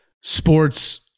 sports